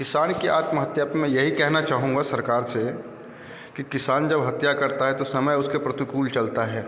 किसान की आत्महत्या पर मैं यही कहना चाहूँगा सरकार से की किसान जब हत्या करता है तो समय उसके प्रतिकूल चलता है